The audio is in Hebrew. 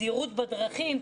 זהירות בדרכים,